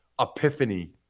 epiphany